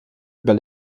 über